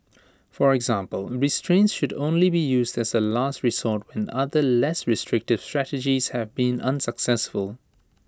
for example restraints should only be used as A last resort when other less restrictive strategies have been unsuccessful